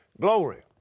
glory